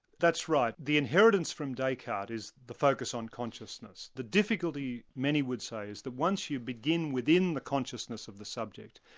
that's right. the inheritance from descartes is the focus on consciousness. the difficulty, many would say, is that once you begin within the consciousness of the subject,